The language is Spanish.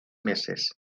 meses